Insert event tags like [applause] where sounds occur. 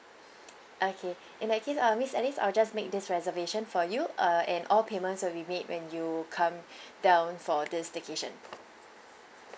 okay in that case uh miss alice I'll just make this reservation for you uh and all payments will be made when you come [breath] down for this staycation